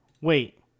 Wait